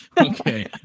okay